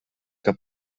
que